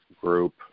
group